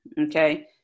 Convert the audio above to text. okay